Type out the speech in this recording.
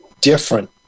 different